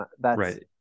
right